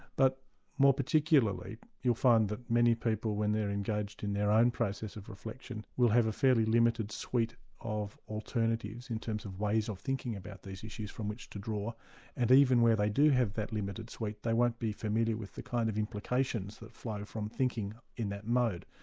but more particularly you'll find that many people when they are engaged in their own process of reflection will have a fairly limited suite of alternatives in terms of ways of thinking about these issues from which to draw and even when they do have that limited suite the won't be familiar with the kind of implications that flow from thinking in that mode.